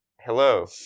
hello